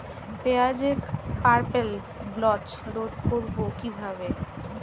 পেঁয়াজের purple blotch রোধ করবো কিভাবে?